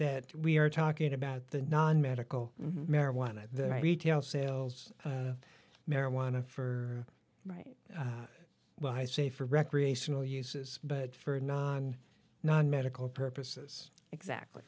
that we are talking about the non medical marijuana retail sales of marijuana for right well i say for recreational uses but for non non medical purposes exactly